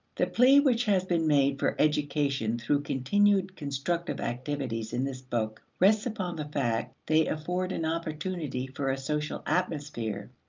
the plea which has been made for education through continued constructive activities in this book rests upon the fact they afford an opportunity for a social atmosphere.